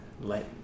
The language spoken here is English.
let